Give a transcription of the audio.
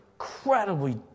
incredibly